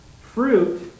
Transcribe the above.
Fruit